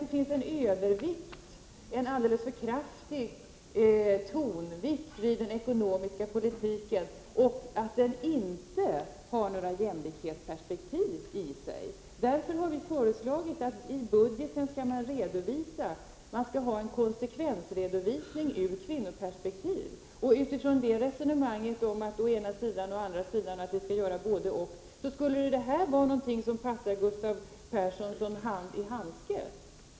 Det finns en alldeles för kraftig tonvikt vid den ekonomiska politiken, och den inrymmer inga jämlikhetsperspektiv. Därför har vi i vpk föreslagit att man i budgeten skall ha en konsekvensredovisning utifrån ett kvinnoperspektiv. Utifrån resonemang om å ena sidan och å andra sidan och att vi skall göra både-och skulle det här vara något som passar Gustav Persson som hand i handske.